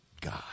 God